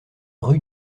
rue